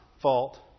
fault